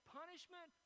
punishment